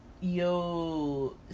Yo